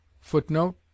footnote